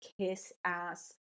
kiss-ass